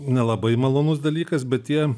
nelabai malonus dalykas bet tie